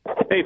Hey